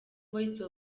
voice